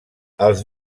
els